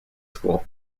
school